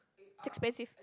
expensive